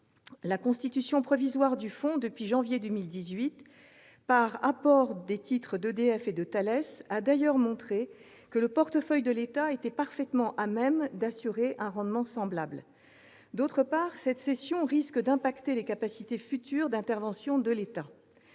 La constitution provisoire du fonds depuis janvier 2018, par apport de titres d'EDF et de Thales, a d'ailleurs montré que le portefeuille de l'État était parfaitement à même d'assurer un rendement semblable. D'autre part, cette cession risque de réduire les capacités futures d'intervention de l'État.